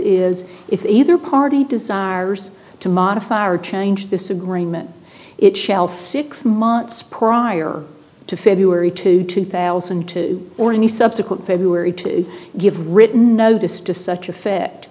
is if either party desires to modify or change this agreement it shall six months prior to february to two thousand and two or any subsequent february to give written notice to such effect